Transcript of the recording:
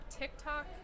tiktok